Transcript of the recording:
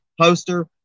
poster